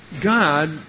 God